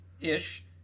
Ish